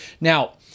Now